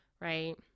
right